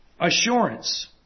Assurance